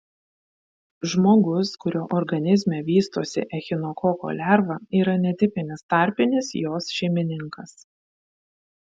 žmogus kurio organizme vystosi echinokoko lerva yra netipinis tarpinis jos šeimininkas